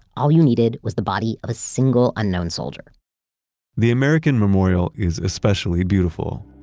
all you needed was the body of a single unknown soldier the american memorial is especially beautiful.